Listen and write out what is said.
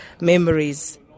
memories